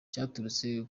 cyaturutse